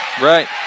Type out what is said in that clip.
Right